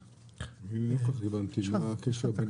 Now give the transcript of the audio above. לא הבנתי מה הקשר בין